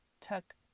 took